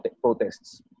protests